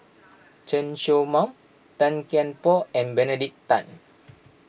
Chen Show Mao Tan Kian Por and Benedict Tan